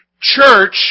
Church